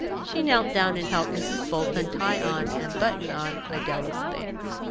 she knelt down and helped mrs. bolton tie on and button on idella's things.